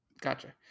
gotcha